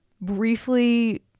briefly